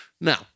Now